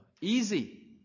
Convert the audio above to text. easy